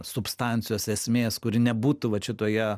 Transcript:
substancijos esmės kuri nebūtų vat šitoje